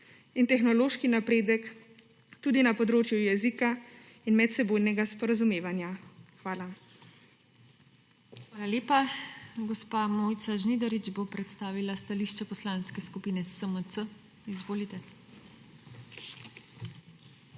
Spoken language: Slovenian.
in tehnološki napredek tudi na področju jezika in medsebojnega sporazumevanja. Hvala. PODPREDSEDNICA TINA HEFERLE: Hvala lepa. Gospa Mojca Žnidarič bo predstavila stališče Poslanske skupine SMC. Izvolite.